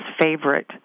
favorite